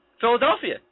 Philadelphia